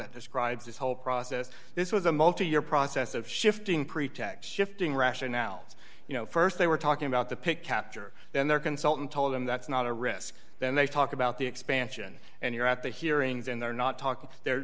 that describes this whole process this was a multi year process of shifting pretax shifting rationales you know st they were talking about the pick capture and their consultant told them that's not a risk then they talk about the expansion and you're at the hearings and they're not talking the